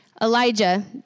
Elijah